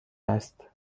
است